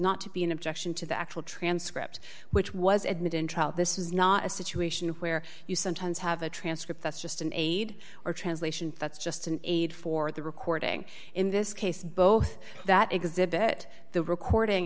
not to be an objection to the actual transcript which was admitted in trial this is not a situation where you sometimes have a transcript that's just an aid or translation that's just an aid for the recording in this case both that exhibit the recording